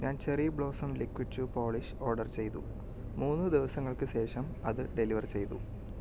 ഞാൻ cherry blossom liquid shoe polish order ചെയ്തു മൂന്ന് ദിവസങ്ങൾക്ക് ശേഷം അത് ഡെലിവർ ചെയ്തു